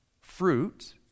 fruit